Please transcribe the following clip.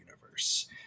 universe